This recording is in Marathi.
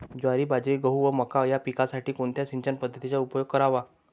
ज्वारी, बाजरी, गहू व मका या पिकांसाठी कोणत्या सिंचन पद्धतीचा उपयोग करावा?